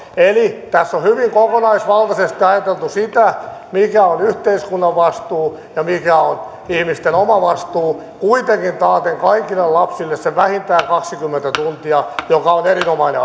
eli tässä on hyvin kokonaisvaltaisesti ajateltu sitä mikä on yhteiskunnan vastuu ja mikä on ihmisten oma vastuu kuitenkin taaten kaikille lapsille sen vähintään kaksikymmentä tuntia joka on erinomainen